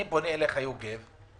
אני פונה אליך, יוגב,